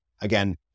Again